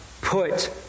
put